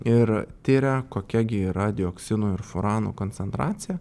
ir tiria kokia gi yra dioksinų ir furanų koncentracija